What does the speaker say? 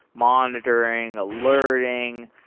monitoring, alerting.